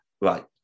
Right